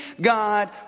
God